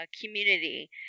community